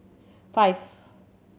five